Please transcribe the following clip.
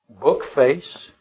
Bookface